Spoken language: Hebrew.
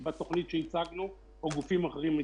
בתוכנית שלנו או מה שהוצג בתוכנית של גופים אחרים,